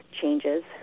changes